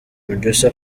producer